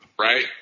right